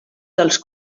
dels